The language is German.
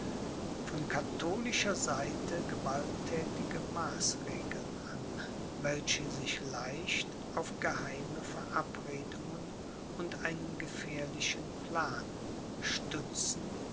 von katholischer seite gewaltthätige maßregeln an welche sich leicht auf geheime verabredungen und einen gefährlichen plan stützen